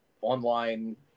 online